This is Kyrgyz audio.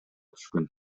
түшкөн